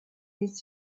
his